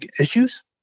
issues